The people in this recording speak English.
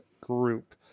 group